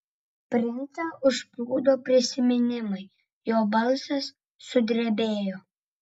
princą užplūdo prisiminimai jo balsas sudrebėjo